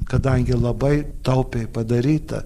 kadangi labai taupiai padaryta